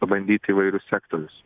pabandyt įvairius sektorius